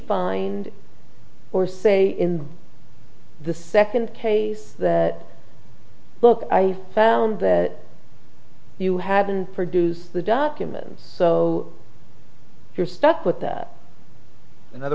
find or say in the second case that book i found that you haven't produced the documents so you're stuck with that in other